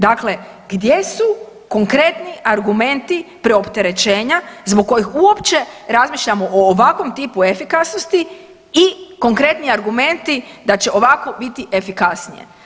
Dakle, gdje su konkretni argumenti preopterećenja zbog kojih uopće razmišljamo o ovakvom tipu efikasnosti i konkretni argumenti da će ovako biti efikasnije.